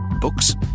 Books